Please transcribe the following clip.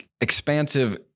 expansive